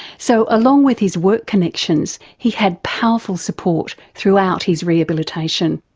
so along with his work connections he had powerful support throughout his rehabilitation.